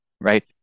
right